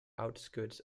outskirts